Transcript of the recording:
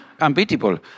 unbeatable